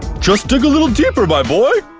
just dig a little deeper, my boy!